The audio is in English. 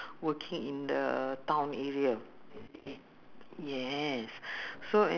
but I know most I tell you ah geylang eh